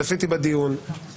צפיתי בדיון,